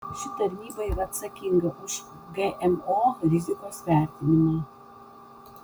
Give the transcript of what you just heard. ši tarnyba yra atsakinga už gmo rizikos vertinimą